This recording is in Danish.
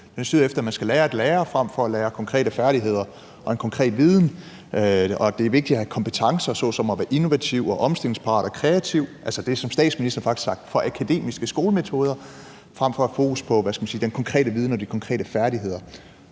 er styret af, at man skal lære at lære frem for at lære konkrete færdigheder og få en konkret viden, og at det er vigtigt at have kompetencer såsom at være innovativ, omstillingsparat og kreativ – det var det, som statsministeren kaldte akademiske skolemetoder – frem for at have fokus på, hvad skal man sige, den konkrete viden og de konkrete færdigheder.